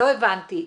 לא הבנתי.